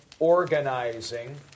...organizing